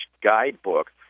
guidebook